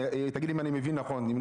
תגיד לי אם אני מבין נכון,